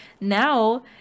now